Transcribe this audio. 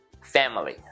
Family